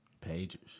pages